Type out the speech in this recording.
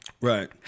right